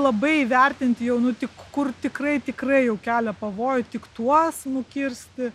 labai įvertinti jau nu tik kur tikrai tikrai jau kelia pavojų tik tuos nukirsti